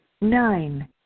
Nine